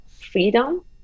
freedom